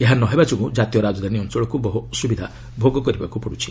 ଏହା ନ ହେବା ଯୋଗୁଁ କାତୀୟ ରାଜଧାନୀ ଅଞ୍ଚଳକୁ ବହୁ ଅସୁବିଧା ଭୋଗ କରିବାକୁ ପଡୁଛି